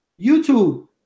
YouTube